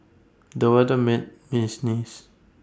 the weather made me sneeze